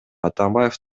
атамбаев